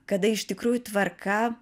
kada iš tikrųjų tvarka